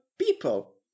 people